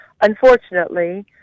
Unfortunately